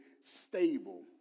stable